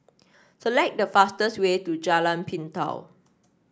select the fastest way to Jalan Pintau